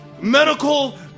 medical